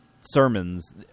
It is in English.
sermons